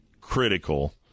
critical